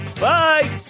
Bye